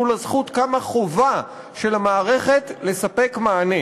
מול הזכות קמה חובה של המערכת לספק מענה,